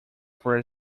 three